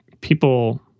people